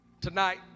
tonight